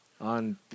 On